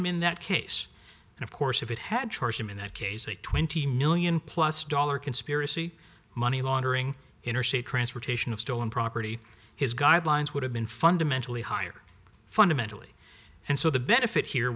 him in that case and of course if it had charged him in that case a twenty million plus dollar conspiracy money laundering interstate transportation of stolen property his guidelines would have been fundamentally higher fundamentally and so the benefit here